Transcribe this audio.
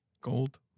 Gold